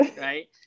Right